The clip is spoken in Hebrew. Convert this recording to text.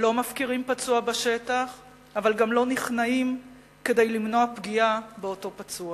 לא מפקירים פצוע בשטח אבל גם לא נכנעים כדי למנוע פגיעה באותו פצוע.